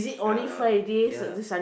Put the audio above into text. uh ya